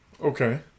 Okay